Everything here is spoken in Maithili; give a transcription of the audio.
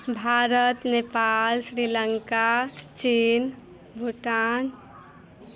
भारत नेपाल श्रीलंका चीन भूटान